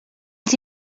els